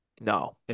No